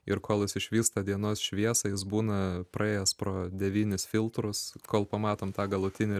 ir kol jis išvysta dienos šviesą jis būna praėjęs pro devynis filtrus kol pamatom tą galutinį